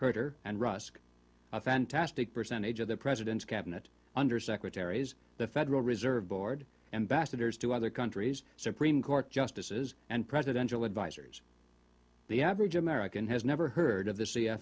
herter and rusk a fantastic percentage of the president's cabinet under secretaries the federal reserve board and bastards to other countries supreme court justices and presidential advisors the average american has never heard of the c